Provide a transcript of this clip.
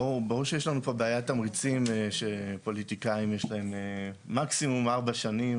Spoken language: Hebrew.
ברור שיש לנו פה בעיית תמריצים שפוליטיקאים יש להם מקסימום ארבע שנים,